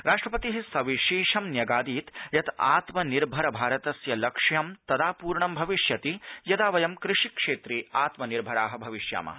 राष्ट्रपति सविशेषं न्यगादीत यत् आत्मनिर्भर भारतस्य लक्ष्यं तदा पूर्ण भविष्यति यदा वयं कृषिक्षेत्रे आत्मनिर्भराः भविष्यामः